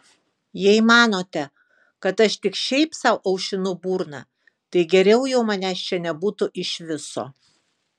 jei manote kad aš tik šiaip sau aušinu burną tai geriau jau manęs čia nebūtų iš viso